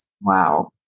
wow